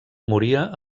moria